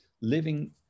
living